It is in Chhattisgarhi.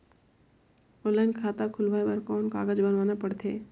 ऑनलाइन खाता खुलवाय बर कौन कागज बनवाना पड़थे?